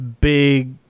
big